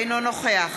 אינו נוכח